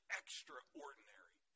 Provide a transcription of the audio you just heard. extraordinary